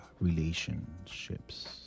relationships